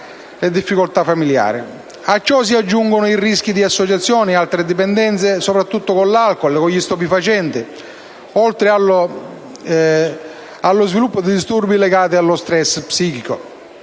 a ciò si aggiungano i rischi di associazioni ad altre dipendenze, soprattutto alcool e stupefacenti, oltre allo sviluppo di disturbi legati allo *stress*.